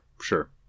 Sure